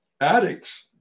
Addicts